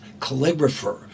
calligrapher